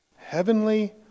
heavenly